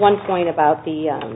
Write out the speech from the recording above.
one going about the